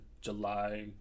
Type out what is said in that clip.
July